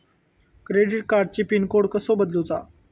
Credit कार्डची pin code कसो बदलुचा?